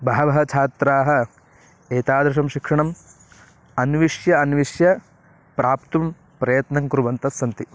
बहवः छात्राः एतादृशं शिक्षणम् अन्विष्य अन्विष्य प्राप्तुं प्रयत्नं कुर्वन्तस्सन्ति